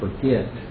forget